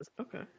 okay